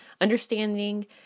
Understanding